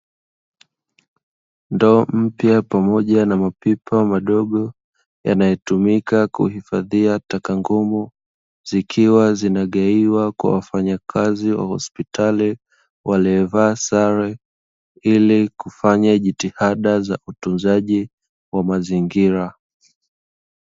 Ndoo mpya pamoja na mapipa madogo yanayotumika kuhifadhia taka ngumu, zikiwa zinagaiwa kwa wafanyakazi wa hosipitali waliovaa sare, ili kufanya jitihada za utunzaji wa mazingira.